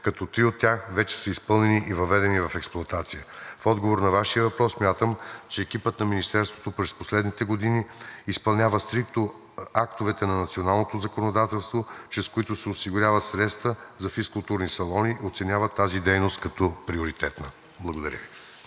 като три от тях вече са изпълнени и въведени в експлоатация. В отговор на Вашия въпрос смятам, че екипът на Министерството през последните години изпълнява стриктно актовете на националното законодателство, чрез които се осигуряват средства за физкултурни салони, оценяват тази дейност като приоритетна. Благодаря Ви.